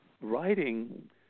writing